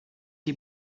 die